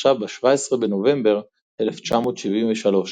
שהתרחשה ב-17 בנובמבר 1973,